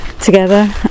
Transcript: together